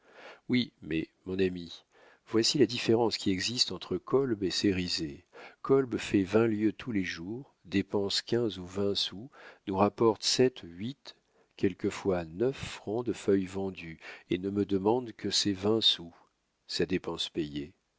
oui mais mon ami voici la différence qui existe entre kolb et cérizet kolb fait vingt lieues tous les jours dépense quinze ou vingt sous nous rapporte sept huit quelquefois neuf francs de feuilles vendues et ne me demande que ses vingt sous sa dépense payée